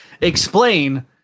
explain